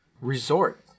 Resort